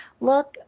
look